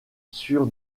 sur